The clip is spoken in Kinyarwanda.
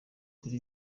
kure